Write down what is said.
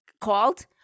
called